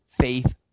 faith